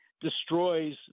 destroys